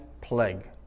plague